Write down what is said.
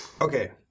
Okay